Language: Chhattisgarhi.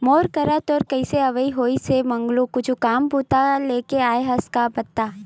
मोर करा तोर कइसे अवई होइस हे मंगलू कुछु काम बूता लेके आय हस का बता?